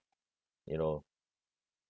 you know